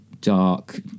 dark